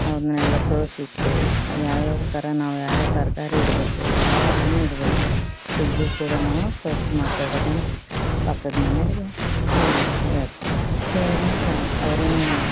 ಅವನ್ನೆಲ್ಲ ಸೋಸಿಟ್ಟು ಯಾವ್ಯಾವ ಥರ ನಾವು ಯಾವ್ಯಾವ ತರಕಾರಿ ಇಡಬೇಕು ಯಾವ ಹಣ್ಣು ಇಡಬೇಕು ಫ್ರಿಜ್ಜು ಕೂಡ ನಾವು ಸ್ವಚ್ಛ ಮಾಡ್ಕೊಳ್ಬೇಕಂತ ಪಕ್ಕದ ಮನೆಯವ್ರ್ಗೆ ನಾನು ಹೇಳ್ತೇನೆ ಹೇಳಿದ ಮೇಲೆ ಅವರೂನು